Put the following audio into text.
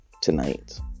tonight